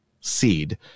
seed